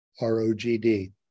ROGD